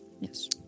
Yes